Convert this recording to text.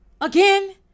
again